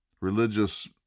religious